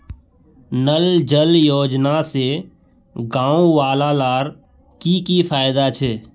नल जल योजना से गाँव वालार की की फायदा छे?